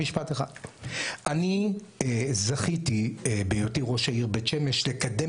אני זכיתי בהיותי ראש העיר בית שמש לקדם